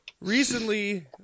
recently